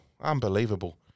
unbelievable